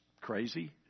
crazy